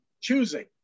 choosing